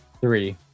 Three